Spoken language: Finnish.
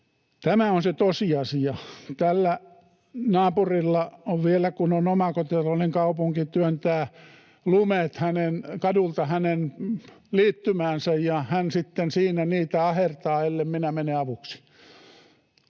Tämä on se tosiasia. Tällä naapurilla vielä, kun on omakotitalo, niin kaupunki työntää lumet kadulta hänen liittymäänsä, ja hän sitten siinä niitä ahertaa, ellen minä mene avuksi.